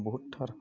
बुहुतथार